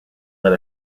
led